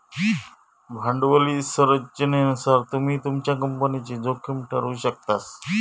भांडवली संरचनेनुसार तुम्ही तुमच्या कंपनीची जोखीम ठरवु शकतास